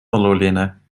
oluline